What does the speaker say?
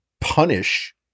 punish